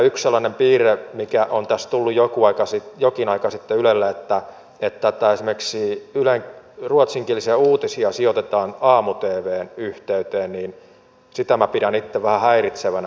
yhtä sellaista piirrettä mikä on tässä tullut jokin aika sitten ylelle että esimerkiksi ylen ruotsinkielisiä uutisia sijoitetaan aamu tvn yhteyteen minä pidän itse vähän häiritsevänä